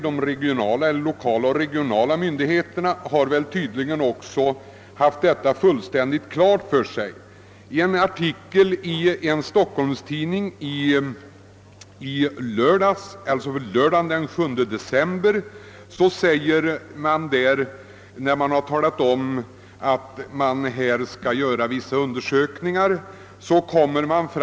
De myndigheter, lokala och regionala, som utskottet syftar på har tydligen också haft detta helt klart för sig. I en artikel i en stockholmstidning lördagen den 7 december meddelas bl.a. att regionplanekontoret skall göra vissa undersökningar i detta sammanhang.